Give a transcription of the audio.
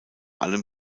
allem